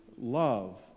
love